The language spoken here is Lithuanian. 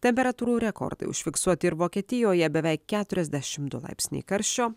temperatūrų rekordai užfiksuoti ir vokietijoje beveik keturiasdešimt du laipsniai karščio